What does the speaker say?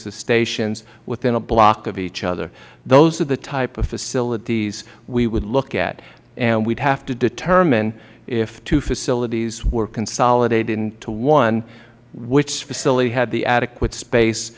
stations within a block of each other those are the types of facilities we would look at and we would have to determine if two facilities were consolidated into one which facility had the adequate space